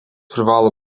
privalo